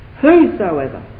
Whosoever